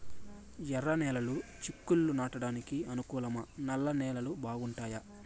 ఎర్రనేలలు చిక్కుళ్లు నాటడానికి అనుకూలమా నల్ల నేలలు బాగుంటాయా